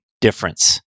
difference